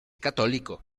católico